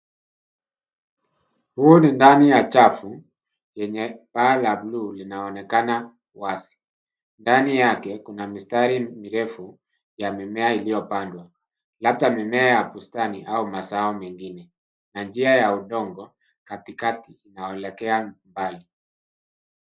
Huu ni ndani ya chafu yenye paa la blue linaonekana wazi. Ndani yake kuna mistari mirefu ya mimea iliyopandwa, labda mimea ya bustani au mazao mingine, na njia ya udongo, katikati inayoelekea mbali.